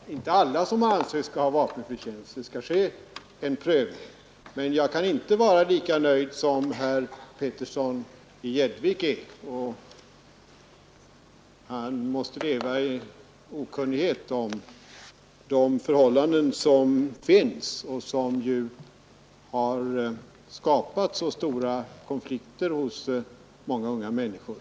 Herr talman! Det är självklart att inte alla som ansöker skall ha vapenfri tjänst; det skall ske en prövning. Men jag kan inte vara lika nöjd som herr Petersson i Gäddvik är. Han måste leva i okunnighet om de förhållanden som råder och som skapat så stora konflikter hos många unga människor.